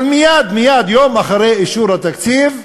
אבל מייד, יום אחרי אישור התקציב,